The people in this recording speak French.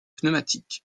pneumatique